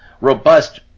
robust